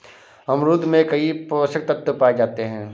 अमरूद में कई पोषक तत्व पाए जाते हैं